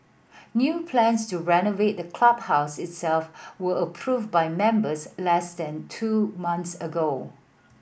new plans to renovate the clubhouse itself were approved by members less than two months ago